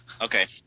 Okay